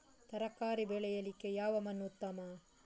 ತರಕಾರಿ ಬೆಳೆಯಲಿಕ್ಕೆ ಯಾವ ಮಣ್ಣು ಉತ್ತಮ?